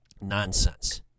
nonsense